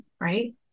right